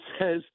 says